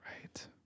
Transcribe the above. Right